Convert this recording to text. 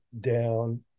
down